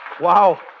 wow